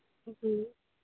जी